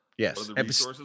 Yes